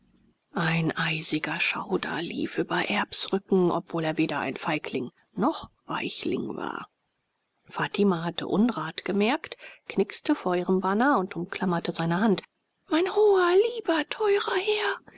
ein eisiger schauder lief über erbs rücken obwohl er weder ein feigling noch weichling war fatima hatte unrat gemerkt knixte vor ihrem bana und umklammerte seine hand mein hoher lieber teurer herr